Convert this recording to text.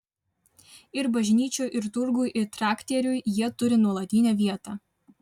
ir bažnyčioj ir turguj ir traktieriuj jie turi nuolatinę vietą